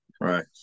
right